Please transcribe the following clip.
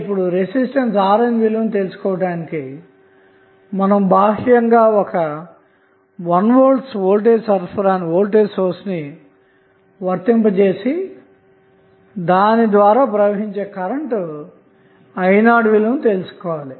ఇప్పుడురెసిస్టెన్స్ RN విలువను తెలుసుకోవడానికి మనంబాహ్యంగా ఒక 1V వోల్టేజ్ సోర్స్ను కనెక్ట్ చేసి ధీని ద్వారా ప్రవహించేకరెంటు i0 విలువను తెలుసుకోవాలి